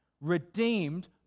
redeemed